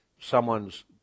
someone's